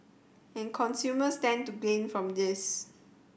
and consumers stand to gain from this